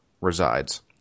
resides